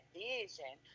vision